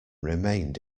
remained